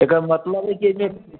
एकर मतलब है की एहिमे